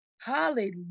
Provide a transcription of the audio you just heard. hallelujah